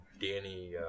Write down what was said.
Danny